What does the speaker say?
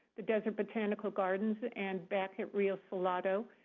the desert botanical gardens and back at rio salado.